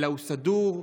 אלא סדור,